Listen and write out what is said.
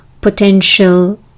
potential